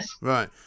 Right